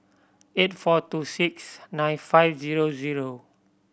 eight four two six nine five zero zero